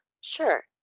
Sure